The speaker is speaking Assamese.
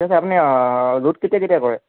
ঠিক আছে লোদ কেতিয়া কেতিয়া কৰে